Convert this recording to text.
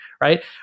right